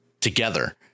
together